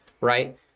right